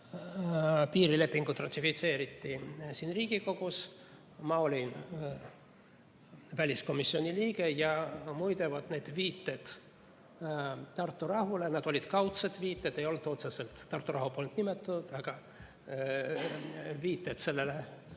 piirilepingut ratifitseeriti siin Riigikogus, olin ma väliskomisjoni liige. Muide, need viited Tartu rahule, mis olid kaudsed viited, ei olnud otsesed, Tartu rahu polnud nimetatud, aga viited sellele